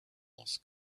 was